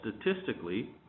statistically